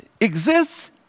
exists